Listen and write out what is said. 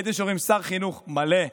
הייתם שומרים שר חינוך מלא,